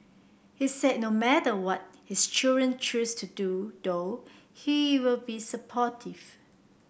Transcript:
he said no matter what his children choose to do though he will be supportive